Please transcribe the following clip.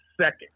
second